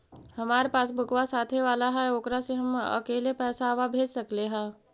हमार पासबुकवा साथे वाला है ओकरा से हम अकेले पैसावा भेज सकलेहा?